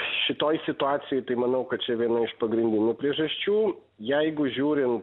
šitoj situacijoj tai manau kad čia viena iš pagrindinių priežasčių jeigu žiūrim